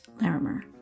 Larimer